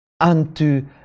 unto